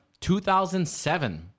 2007